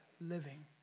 living